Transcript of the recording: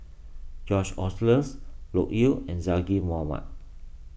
George Oehlers Loke Yew and Zaqy Mohamad